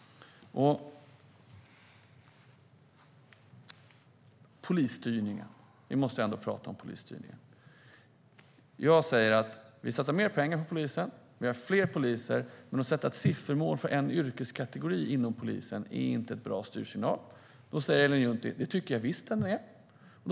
Vi måste ändå prata om polisstyrningen. Vi satsar mer pengar på polisen, och vi har fler poliser. Men att sätta ett siffermål för en yrkeskategori inom polisen är inte en bra styrsignal. Ellen Juntti tycker att det visst är en bra styrsignal.